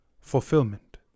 fulfillment